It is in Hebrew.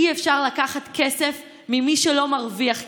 אי-אפשר לקחת כסף ממי שלא מרוויח כסף.